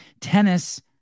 tennis